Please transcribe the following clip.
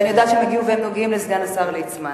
ואני יודעת שהם נוגעים לסגן השר ליצמן.